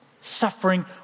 suffering